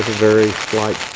very slight